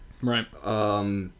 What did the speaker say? right